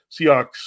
Seahawks